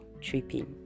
tripping